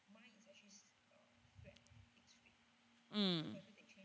mm